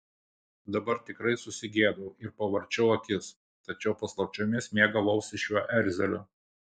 dabar tikrai susigėdau ir pavarčiau akis tačiau paslapčiomis mėgavausi šiuo erzeliu